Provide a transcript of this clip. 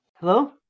Hello